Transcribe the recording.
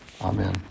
Amen